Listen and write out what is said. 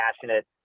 passionate